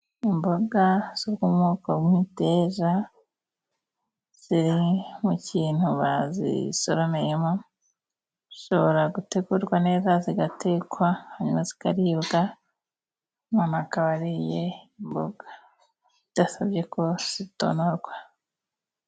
Imboga zo mu bwoko bw'imiteja, ziri mu kintu bazisoromeyemo, zishobora gutegurwa neza zigatekwa hanyuma zikaribwa, umuntu akaba ariye imboga bidasabye ko zitonorwa.